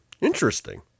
Interesting